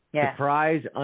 Surprise